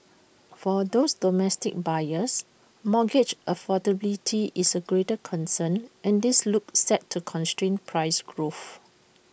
for those domestic buyers mortgage affordability is A greater concern and this looks set to constrain price growth